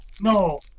No